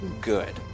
good